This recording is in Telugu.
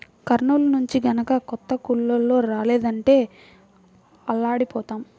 కర్నూలు నుంచి గనక కొత్త కూలోళ్ళు రాలేదంటే అల్లాడిపోతాం